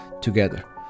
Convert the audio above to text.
together